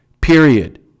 Period